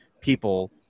people